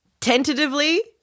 tentatively